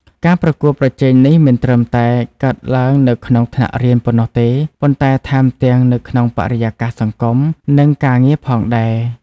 ការប្រកួតប្រជែងនេះមិនត្រឹមតែកើតឡើងនៅក្នុងថ្នាក់រៀនប៉ុណ្ណោះទេ ប៉ុន្តែថែមទាំងនៅក្នុងបរិយាកាសសង្គម និងការងារផងដែរ។